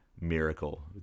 miracle